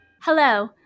Hello